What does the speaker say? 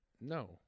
No